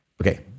Okay